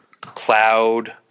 cloud